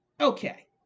Okay